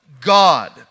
God